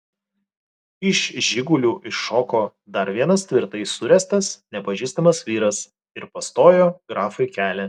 iš žigulių iššoko dar vienas tvirtai suręstas nepažįstamas vyras ir pastojo grafui kelią